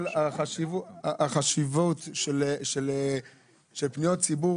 יש חשיבות לפניות הציבור.